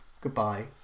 goodbye